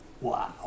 Wow